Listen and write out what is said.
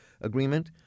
Agreement